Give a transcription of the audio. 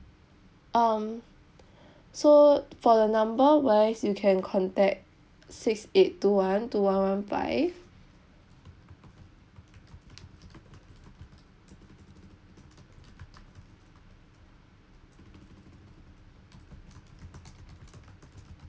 um so for the number wise you can contact six eight two one two one one five